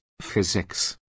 physics